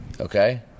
okay